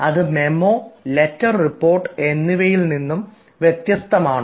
അത് memo letter report എന്നിവയിൽ നിന്നും വ്യത്യസ്തമാണോ